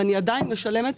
ואני עדיין משלמת.